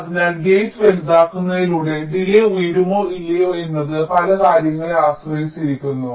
അതിനാൽ ഗേറ്റ് വലുതാക്കുന്നതിലൂടെ ഡിലേയ് ഉയരുമോ ഇല്ലയോ എന്നത് പല കാര്യങ്ങളെ ആശ്രയിച്ചിരിക്കുന്നു